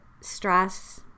stress